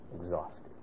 exhausted